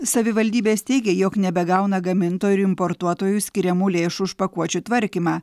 savivaldybės teigia jog nebegauna gamintojų ir importuotojų skiriamų lėšų už pakuočių tvarkymą